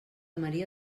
maria